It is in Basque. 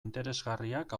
interesgarriak